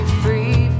free